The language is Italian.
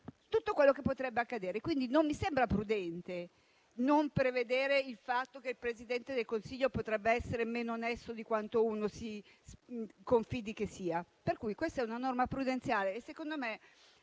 tutto quello che potrebbe accadere. Non mi sembra prudente non prevedere il fatto che il Presidente del Consiglio potrebbe essere meno onesto di quanto uno confidi che sia. La nostra è una norma prudenziale e, secondo me,